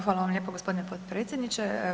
Hvala vam lijepo gospodine potpredsjedniče.